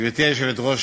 גברתי היושבת-ראש,